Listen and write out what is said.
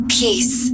peace